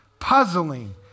puzzling